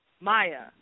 Maya